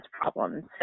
problems